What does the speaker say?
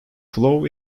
flow